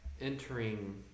entering